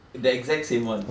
the exact same one